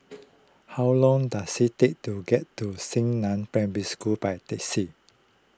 how long does it take to get to Xingnan Primary School by taxi